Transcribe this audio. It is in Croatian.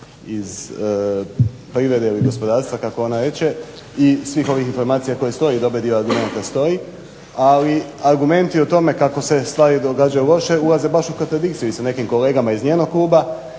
iz privrede ili gospodarstva kako ona reče i svih ovih informacija koje stoje i dobar dio argumenata stoji, ali argumenti o tome kako se stvari događaju loše ulaze baš u kontradikciju s nekim kolegama iz njenog kluba